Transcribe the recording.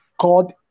called